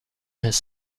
his